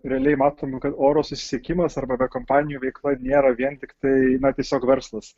realiai matome kad oro susisiekimas arba aviakompanijų veikla nėra vien tiktai na tiesiog verslas